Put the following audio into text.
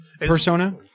persona